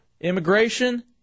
Immigration